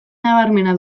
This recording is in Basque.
nabarmena